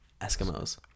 Eskimos